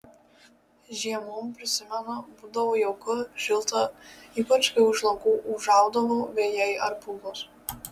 žiemom prisimenu būdavo jauku šilta ypač kai už langų ūžaudavo vėjai ar pūgos